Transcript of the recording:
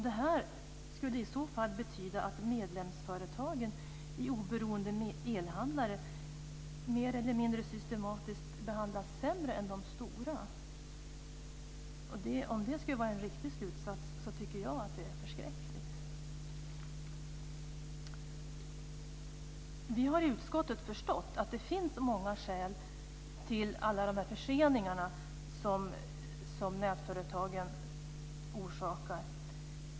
Det här skulle i så fall betyda att medlemsföretagen, oberoende elhandlare, mer eller mindre systematiskt behandlas sämre än de stora. Om det skulle vara en riktig slutsats tycker jag att det är förskräckligt. Vi har i utskottet förstått att det finns många skäl till alla de förseningar som nätföretagen orsakar.